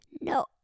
no